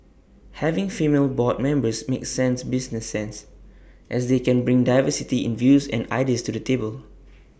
having female board members makes sense business sense as they can bring diversity in views and ideas to the table